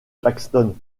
paxton